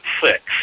six